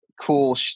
cool